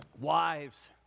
Wives